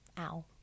Ow